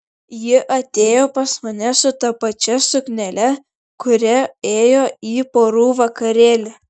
ji atėjo pas mane su ta pačia suknele kuria ėjo į porų vakarėlį